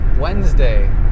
Wednesday